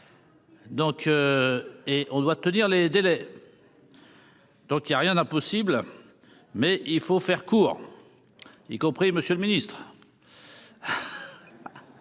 Donc, et on doit tenir les délais, donc il y a rien d'impossible, mais il faut faire court, y compris Monsieur le Ministre.